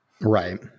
Right